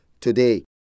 today